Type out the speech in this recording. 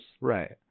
Right